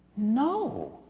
no.